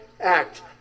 act